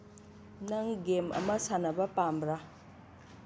ꯅꯪ ꯒꯦꯝ ꯑꯃ ꯁꯥꯟꯅꯕ ꯄꯥꯝꯕ꯭ꯔꯥ